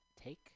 take